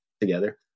together